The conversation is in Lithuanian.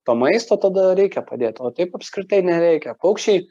to maisto tada reikia padėti o taip apskritai nereikia paukščiai